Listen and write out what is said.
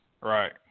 Right